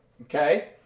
Okay